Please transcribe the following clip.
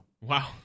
Wow